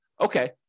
okay